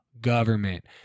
government